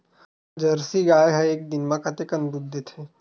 Jersey गाय ह एक दिन म कतेकन दूध देथे?